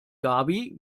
gaby